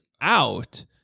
out